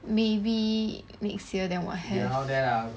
maybe next year then will have